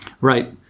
Right